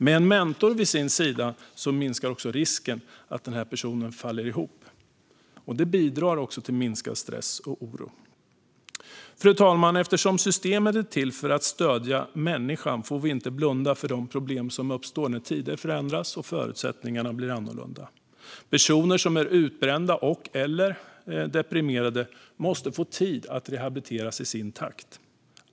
Med en mentor vid sin sida minskar också risken för att en person faller ihop. Detta bidrar till minskad stress och oro. Fru talman! Eftersom systemet är till för att stödja människan får vi inte blunda för de problem som uppstår när tider förändras och förutsättningarna blir annorlunda. Personer som är utbrända och/eller deprimerade måste få tid att rehabiliteras i sin takt.